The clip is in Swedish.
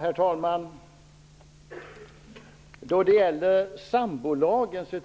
Herr talman! Jag